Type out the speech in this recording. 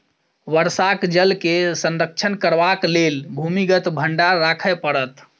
वर्षाक जल के संरक्षण करबाक लेल भूमिगत भंडार राखय पड़त